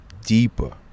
deeper